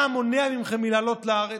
מה מונע מכם לעלות לארץ?